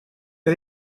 que